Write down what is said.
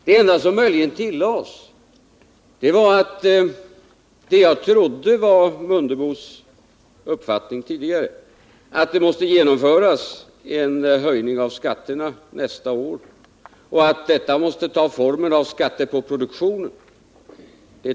Det enda som möjligen tillades var att han nu tog avstånd från det som jag trodde var Ingemar Mundebos uppfattning tidigare, nämligen att det måste genomföras en höjning av skatterna nästa år och att detta måste ta formen av skatter på produktionen.